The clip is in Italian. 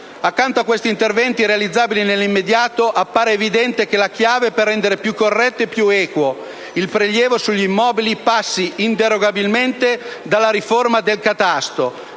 Accanto a questi interventi realizzabili nell'immediato appare evidente come la chiave per rendere più corretto e più equo il prelievo sugli immobili passi, inderogabilmente, dalla riforma del catasto,